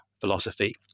philosophy